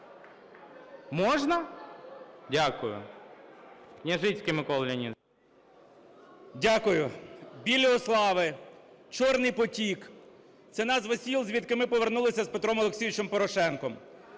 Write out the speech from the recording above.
М.Л. Дякую. Білі Ослави, Чорний Потік – це назви сіл, звідки ми повернулися з Петром Олексійовичем Порошенком.